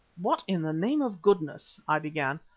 what in the name of goodness i began.